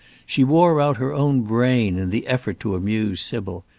she wore out her own brain in the effort to amuse sybil.